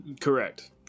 Correct